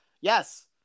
yes